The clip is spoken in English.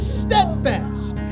steadfast